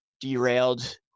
derailed